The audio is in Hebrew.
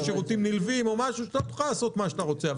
שירותים נלווים או משהו ששם אתה תוכל לעשות מה שאתה רוצה.